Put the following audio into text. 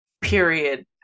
Period